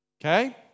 Okay